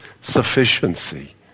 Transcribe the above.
sufficiency